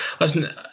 listen